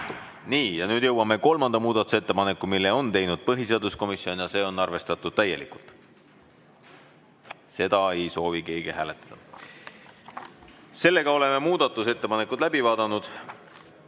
Nii, ja nüüd jõuame kolmanda muudatusettepaneku juurde, mille on teinud põhiseaduskomisjon ja seda on arvestatud täielikult. Seda ei soovi keegi hääletada. Oleme muudatusettepanekud läbi vaadanud.